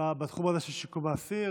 בתחום הזה של שיקום האסיר.